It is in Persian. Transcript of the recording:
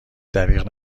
دریغ